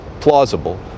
plausible